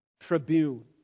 tribune